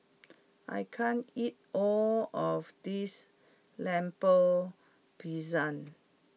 I can't eat all of this Lemper Pisang